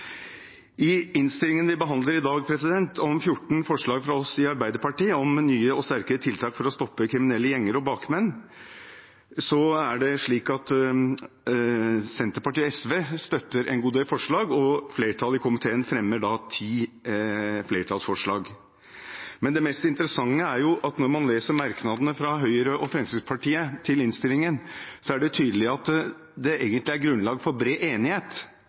I innstillingen vi behandler i dag, om 14 forslag fra oss i Arbeiderpartiet om nye og sterkere tiltak for å stoppe kriminelle gjenger og bakmenn, er det slik at Senterpartiet og SV støtter en god del forslag, og flertallet i komiteen har i sin tilråding til vedtak ti forslag. Men det mest interessante er at når man leser merknadene fra Høyre og Fremskrittspartiet i innstillingen, er det tydelig at det egentlig er grunnlag for bred enighet